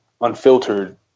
unfiltered